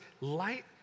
light